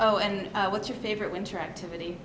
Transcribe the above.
oh and what's your favorite interactivity